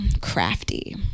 crafty